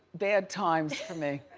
bad times for me.